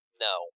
No